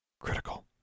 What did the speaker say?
Critical